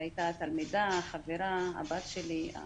היא הייתה תלמידה, חברה, הבת שלי.